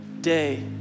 day